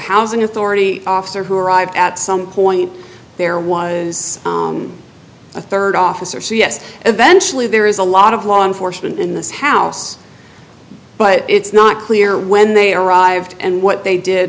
housing authority officer who arrived at some point there was a third officer so yes eventually there is a lot of law enforcement in this house but it's not clear when they arrived and what they did